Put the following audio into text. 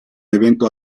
evento